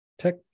tech